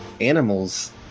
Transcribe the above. animals